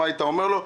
מה היית אומר לו?